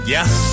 Yes